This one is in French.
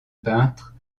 peintre